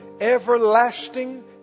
everlasting